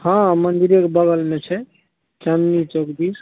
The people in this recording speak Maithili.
हँ मन्दिरेके बगलमे छै चाँदनी चौक दिस